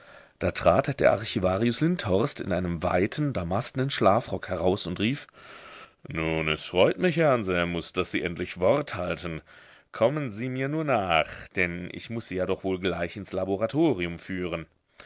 da trat der archivarius lindhorst in einem weiten damastnen schlafrock heraus und rief nun es freut mich herr anselmus daß sie endlich wort halten kommen sie mir nur nach denn ich muß sie ja doch wohl gleich ins laboratorium führen